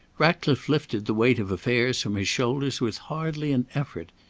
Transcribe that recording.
ratcliffe lifted the weight of affairs from his shoulders with hardly an effort.